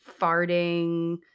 farting